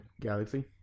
Galaxy